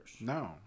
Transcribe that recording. No